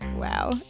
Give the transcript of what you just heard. Wow